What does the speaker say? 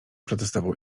protestował